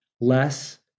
less